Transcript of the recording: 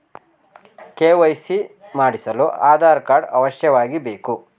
KYC ಮಾಡಿಸಲು Aadhaar card ಅವಶ್ಯವಾಗಿ ಬೇಕು